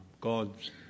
God's